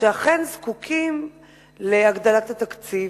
שאכן זקוקות להגדלת התקציב.